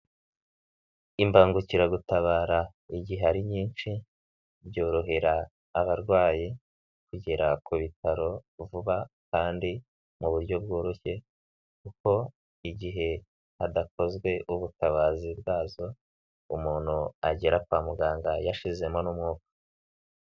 Imbangukiragutabara igihe ari ari nyinshi byorohera abarwayi kugera ku bitaro vuba kandi mu buryo bworoshye kuko igihe hadakozwe ubutabazi bwazo umuntu agera kwa muganga yashizemo n'umwuka.